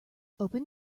open